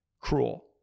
cruel